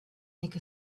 make